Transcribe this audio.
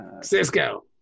Cisco